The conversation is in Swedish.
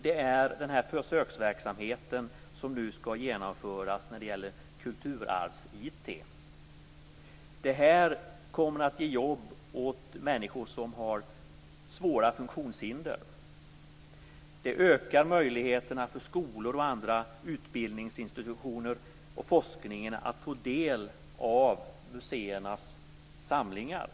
Det är den försöksverksamhet som nu skall genomföras när det gäller kulturarvs-IT. Det här kommer att ge jobb åt människor som har svåra funktionshinder. Det ökar möjligheterna för skolor, andra utbildningsinstitutioner och forskningen att få del av museernas samlingar.